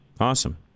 Awesome